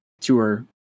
tour